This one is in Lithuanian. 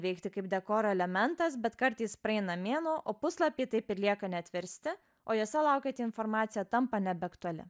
veikti kaip dekoro elementas bet kartais praeina mėnuo o puslapiai taip ir lieka neatversti o juose laukiant informacija tampa nebeaktuali